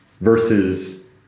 versus